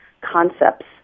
concepts